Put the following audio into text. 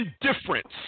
indifference